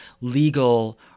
legal